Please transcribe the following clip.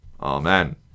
Amen